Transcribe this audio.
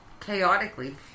chaotically